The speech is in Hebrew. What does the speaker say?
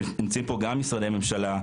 שנמצאים בו גם משרדי ממשלה,